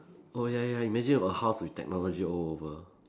oh ya ya imagine a house with technology all over